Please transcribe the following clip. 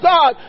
God